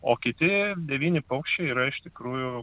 o kiti devyni paukščiai yra iš tikrųjų